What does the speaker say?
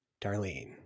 Darlene